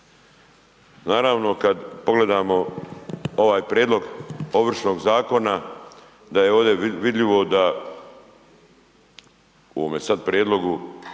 Kad pogledamo ovaj prijedlog ovršnog zakona da je ovdje vidljivo da u ovome prijedlogu